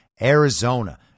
Arizona